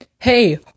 Hey